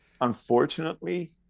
unfortunately